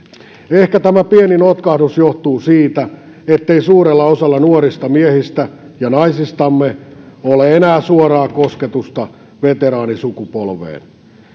ehkä tämä pieni notkahdus johtuu siitä ettei suurella osalla nuorista miehistämme ja naisistamme ole enää suoraa kosketusta veteraanisukupolveen